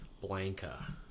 Blanca